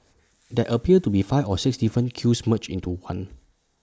there appears to be five or six different queues merged into one